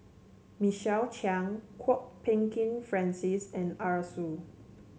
Michael Chiang Kwok Peng Kin Francis and Arasu